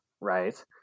right